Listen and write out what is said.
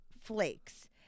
Flakes